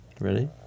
Ready